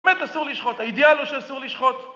באמת אסור לשחוט, האידיאל הוא שאסור לשחוט.